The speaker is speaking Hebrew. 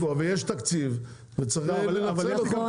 ויש תקציב וצריך לנצל אותו.